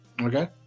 Okay